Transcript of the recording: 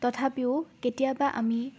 তথাপিও কেতিয়াবা আমি